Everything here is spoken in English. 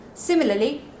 Similarly